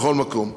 בכל מקום.